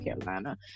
Carolina